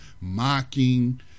mocking